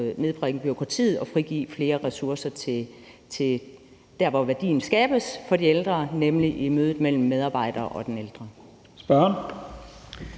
nedbringe bureaukratiet og frigive flere ressourcer til der, hvor værdien skabes for de ældre, nemlig i mødet mellem medarbejdere og den ældre. Kl.